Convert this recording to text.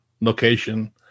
location